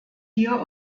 hier